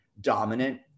dominant